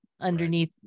Underneath